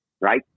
Right